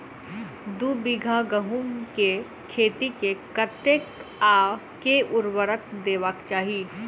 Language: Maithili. दु बीघा गहूम केँ खेत मे कतेक आ केँ उर्वरक देबाक चाहि?